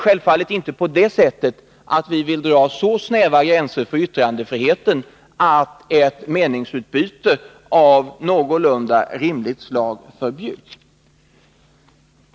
Självfallet vill inte vi dra så snäva gränser för yttrandefriheten att ett meningsutbyte av någorlunda rimligt slag förbjuds.